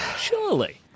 Surely